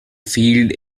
field